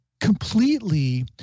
completely